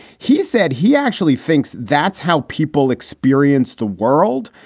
he said he actually thinks that's how people experience the world,